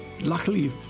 luckily